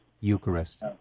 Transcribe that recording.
Eucharist